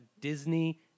Disney